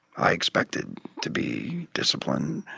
i expected to be disciplined,